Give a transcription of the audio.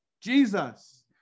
Jesus